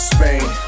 Spain